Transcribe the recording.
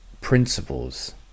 principles